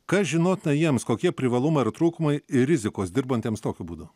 kas žinota jiems kokie privalumai ar trūkumai ir rizikos dirbantiems tokiu būdu